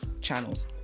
channels